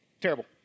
Terrible